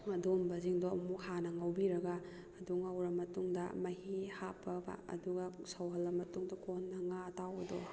ꯑꯗꯨꯒꯨꯝꯕꯁꯤꯡꯗꯣ ꯑꯃꯨꯛ ꯍꯥꯟꯅ ꯉꯧꯕꯤꯔꯒ ꯑꯗꯨ ꯉꯧꯔ ꯃꯇꯨꯡꯗ ꯃꯍꯤ ꯍꯥꯞꯄꯕ ꯑꯗꯨꯒ ꯁꯧꯍꯜꯂ ꯃꯇꯨꯡꯗ ꯀꯣꯟꯅ ꯉꯥ ꯑꯇꯥꯎꯕꯗꯣ